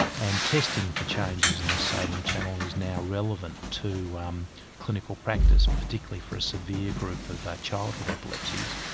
and testing for changes in the sodium channel is now relevant to um clinical practice, particularly for a severe group of ah childhood epilepsies,